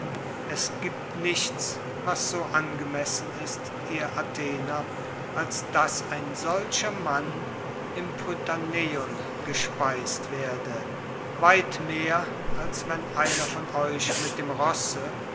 es gibt nichts was so angemessen ist ihr athener als daß ein solcher mann im prytaneion gespeist werde weit mehr als wenn einer von euch mit dem rosse